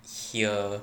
hear